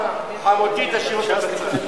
חמותי, תשאיר אותה בצד.